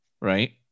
right